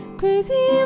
crazy